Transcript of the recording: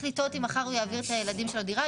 לתהות אם מחר הוא יעביר את הילדים שלו דירה,